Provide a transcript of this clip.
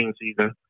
season